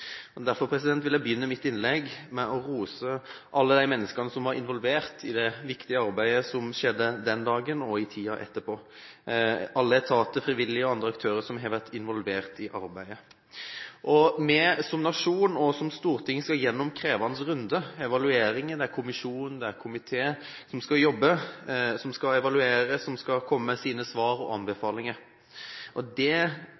Derfor vil jeg begynne mitt innlegg med å rose alle de menneskene som var involvert i det viktige arbeidet som skjedde den dagen og i tiden etterpå – alle etater, frivillige og andre aktører som har vært involvert i arbeidet. Vi som nasjon og som storting skal gjennom krevende runder, evalueringer, det er kommisjon, det er komité som skal jobbe, som skal evaluere, som skal komme med sine svar og anbefalinger. Det